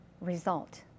result